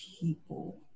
people